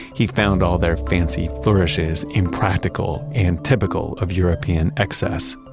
he found all their fancy flourishes impractical and typical of european excess.